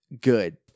Good